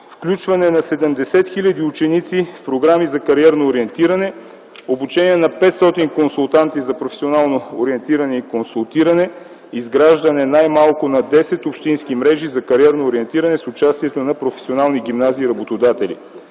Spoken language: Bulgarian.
включване на 70 хил. ученици в програми за кариерно ориентиране, обучение на 500 консултанти за професионално ориентиране и консултиране, изграждане най-малко на десет общински мрежи за кариерно ориентиране с участието на професионални гимназии и работодатели,